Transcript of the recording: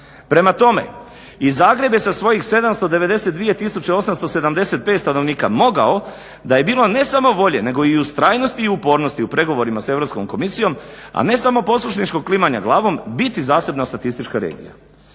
Prema tome, i Zagreb je sa svojih 792875 stanovnika mogao da je bilo ne samo volje nego i ustrajnosti i upornosti u pregovorima sa Europskom komisijom, a ne samo poslušničkog klimanja glavom biti zasebna statistička regija.